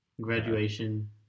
graduation